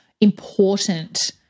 important